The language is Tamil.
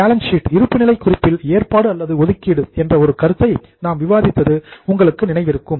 பேலன்ஸ் ஷீட் இருப்புநிலை குறிப்பில் ஏற்பாடு அல்லது ஒதுக்கீடு என்ற ஒரு கருத்தை நாம் விவாதித்தது உங்களுக்கு நினைவிருக்கும்